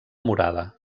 murada